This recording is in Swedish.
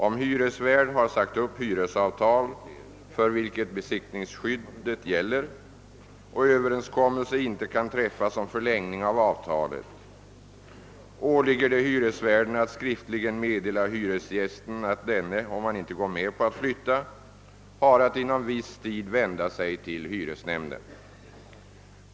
Om hyresvärd har sagt upp hyresavtal för vilket besittningsskyddet gäller och överenskommelse inte kan träffas om förlängning av avtalet, åligger det hyresvärden att skriftligen meddela hyresgästen att denne, om han inte går med på att flytta, har att inom viss tid vända sig till hyresnämnden.